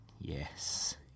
Yes